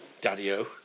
Daddy-o